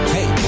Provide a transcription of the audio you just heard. Hey